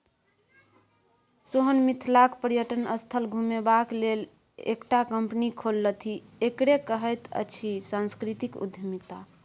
सोहन मिथिलाक पर्यटन स्थल घुमेबाक लेल एकटा कंपनी खोललथि एकरे कहैत अछि सांस्कृतिक उद्यमिता